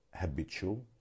habitual